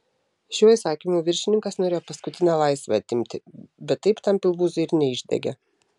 šiuo įsakymu viršininkas norėjo paskutinę laisvę atimti bet taip tam pilvūzui ir neišdegė